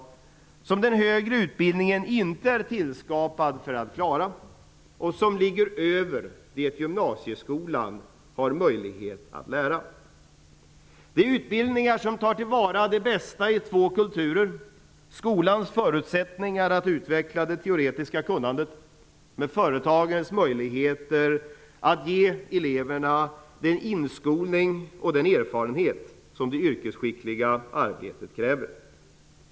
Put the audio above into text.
Det är den högre utbildningen inte utformad för att tillgodose, och den typen av utbildningar ligger utöver vad gymnasieskolan har möjlighet att lära ut. Det är utbildningar som tar till vara det bästa i två kulturer: skolans förutsättningar att utveckla det teoretiska kunnandet och företagens möjligheter att ge eleverna den inskolning och erfarenhet som ett skickligt utfört yrkesarbete kräver.